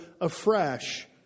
afresh